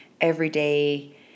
everyday